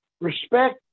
respect